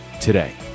today